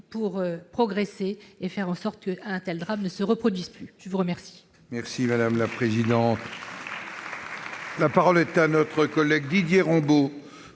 pour progresser et faire en sorte qu'un tel drame ne se reproduise pas. La parole